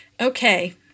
Okay